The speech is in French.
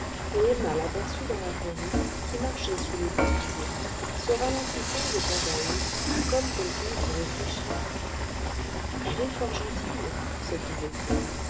et emma l'aperçut dans la prairie qui marchait sous les peupliers se ralentissant de temps à autre comme quelqu'un qui réfléchit elle est fort gentille se disait-il